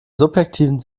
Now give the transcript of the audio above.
subjektiven